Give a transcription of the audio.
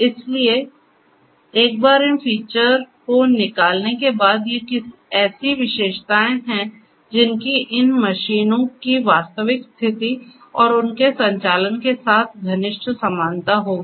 इसलिए एक बार इन फीचर को निकालने के बाद ये ऐसी विशेषताएं हैंजिनकी इन मशीनों की वास्तविक स्थिति और उनके संचालन के साथ घनिष्ठ समानता होगी